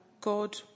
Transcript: God